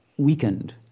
weakened